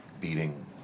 beating